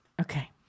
okay